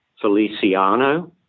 Feliciano